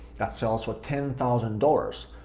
that sells for ten thousand dollars,